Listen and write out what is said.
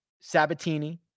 Sabatini